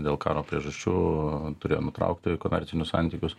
dėl karo priežasčių turėjo nutraukti komercinius santykius